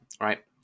right